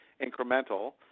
incremental